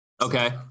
Okay